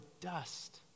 dust